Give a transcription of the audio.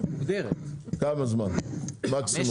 כמה זמן מקסימום?